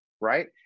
right